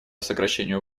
сокращению